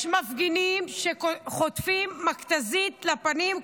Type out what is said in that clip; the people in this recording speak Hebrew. יש מפגינים שחוטפים מכת"זית לפנים,